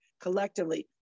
collectively